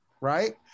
Right